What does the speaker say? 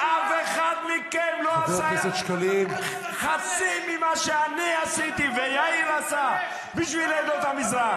אף אחד מכם לא עשה חצי ממה שאני עשיתי ויאיר עשה בשביל עדות המזרח.